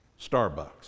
Starbucks